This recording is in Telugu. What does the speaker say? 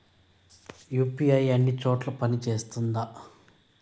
యు.పి.ఐ అన్ని చోట్ల పని సేస్తుందా?